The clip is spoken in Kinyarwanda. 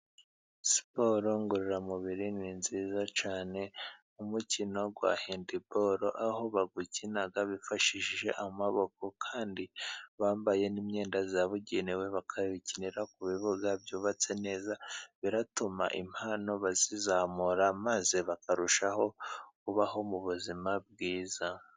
Siporo ngororamubiri ni nziza cyane aho umukino wa handibaro aho bawukina bifashishije amaboko kandi bambaye n'imyenda yabugenewe, bakabikinira ku bibuga byubatse neza biratuma impano bazizamura maze bakarushaho kubaho mu buzima bwiza.